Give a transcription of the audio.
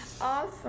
awesome